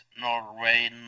Norway